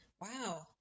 wow